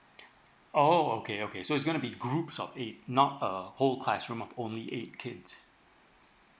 oh okay okay so it's gonna be groups of eight not a whole classroom only eight kids